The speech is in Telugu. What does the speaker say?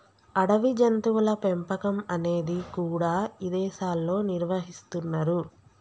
అడవి జంతువుల పెంపకం అనేది కూడా ఇదేశాల్లో నిర్వహిస్తున్నరు